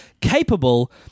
capable